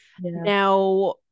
Now